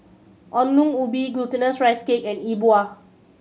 Ongol Ubi Glutinous Rice Cake and E Bua